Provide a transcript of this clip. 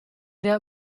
der